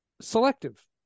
selective